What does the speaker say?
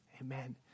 Amen